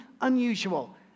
unusual